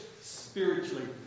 spiritually